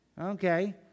Okay